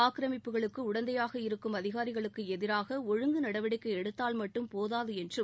ஆக்கிரமிப்புகளுக்கு உடந்தையாக இருக்கும் அதிகாரிகளுக்கு எதிராக ஒழுங்கு நடவடிக்கை எடுத்தால் மட்டும் போதாது என்றும்